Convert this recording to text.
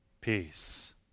peace